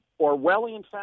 Orwellian